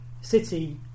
City